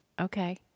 Okay